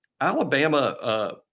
Alabama